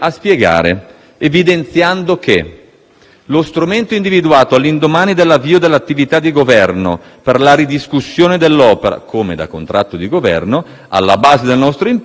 lo strumento individuato all'indomani dell'avvio dell'attività di Governo per la ridiscussione dell'opera, come da contratto di Governo, alla base del nostro impegno è stato quello di una nuova analisi costi-benefici